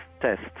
test